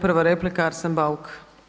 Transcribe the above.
Prva replika Arsen Bauk.